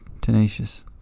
Tenacious